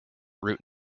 route